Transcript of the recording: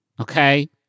Okay